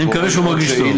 אני מקווה שהוא מרגיש טוב.